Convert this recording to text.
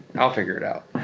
i'll figure it out.